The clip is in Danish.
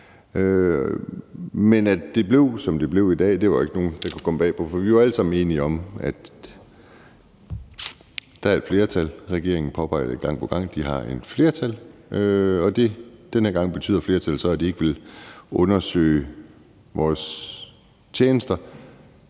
Men at det blev, som det blev i dag, kunne jo ikke komme bag på nogen, for vi var alle sammen enige om, at der er et flertal – regeringen påpeger gang på gang, at de har et flertal – og den her gang betyder flertallet så, at regeringen ikke vil undersøge vores tjenester,